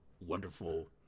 wonderful